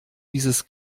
dieses